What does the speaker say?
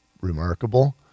remarkable